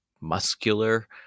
muscular